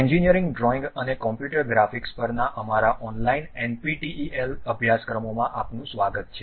engineering drawing અને computer graphics પરના અમારા ઓનલાઇન એનપીટીઇએલ અભ્યાસક્રમોમાં આપનું સ્વાગત છે